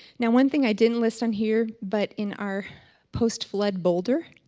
now, one thing i didn't list on here but in our post-flood boulder.